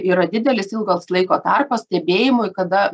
yra didelis ilgas laiko tarpas stebėjimui kada